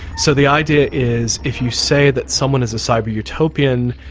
so the idea is if you say that someone is a cyber utopian,